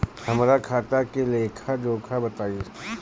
हमरा खाता के लेखा जोखा बताई?